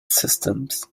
systems